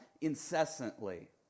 incessantly